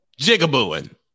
Jigabooing